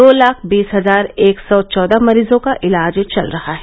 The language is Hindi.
दो लाख बीस हजार एक सौ चौदह मरीजों का इलाज चल रहा है